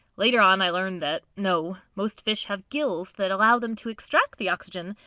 later on, i learned that, no, most fish have gills that allow them to extract the oxygen,